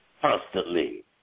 constantly